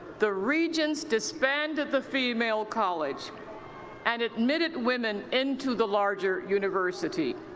the regents disbanded the female college and admitted women into the larger university.